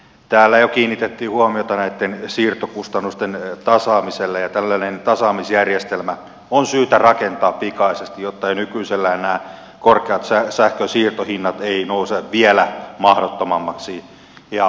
täällä jo kiinnitettiin huomiota näitten siirtokustannusten tasaamiseen ja tällainen tasaamisjärjestelmä on syytä rakentaa pikaisesti jotta nämä jo nykyisellään korkeat sähkön siirtohinnat eivät nouse vielä mahdottomammiksi